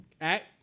act